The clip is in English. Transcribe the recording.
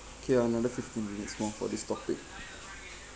okay another fifteen minutes more for this topic